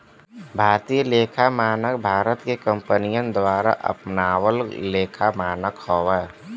भारतीय लेखा मानक भारत में कंपनियन द्वारा अपनावल लेखा मानक हौ